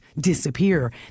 disappear